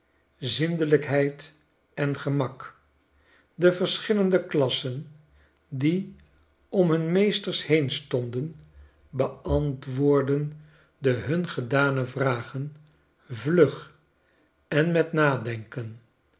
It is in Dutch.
zindelijkheid engemak de verschillende klassen die om hun meesters heenstonden beantwoordden de hun gedane vragen vlug en met nadenken